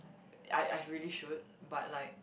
I I really should but like